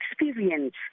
experience